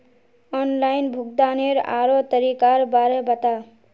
online भुग्तानेर आरोह तरीकार बारे बता